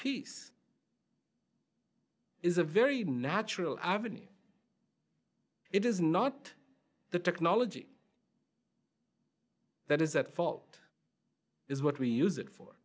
peace is a very natural avenue it is not the technology that is at fault is what we use it for